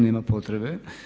Nema potrebe.